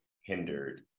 hindered